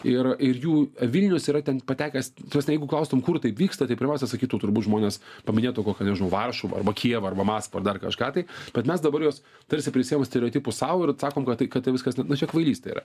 ir ir jų vilnius yra ten patekęs ta prasme jeigu klaustum kur tai vyksta tai pirmiausia sakytų turbūt žmonės paminėtų kokią nežinau varšuvą arba kijevą arba maskvą ar dar kažką tai bet mes dabar jos tarsi prisiimam stereotipus sau ir sakom kad tai kad tai viskas čia kvailystė yra